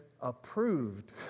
approved